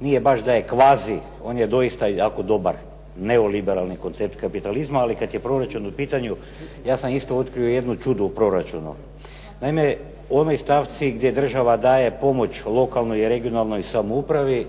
Nije baš da je kvazi, on je doista jako dobar, neoliberalni koncept kapitalizma, ali kad je proračun u pitanju ja sam isto otkrio jedno čudo u proračunu. Naime, u onoj stavci gdje država daje pomoć lokalnoj i regionalnoj samoupravi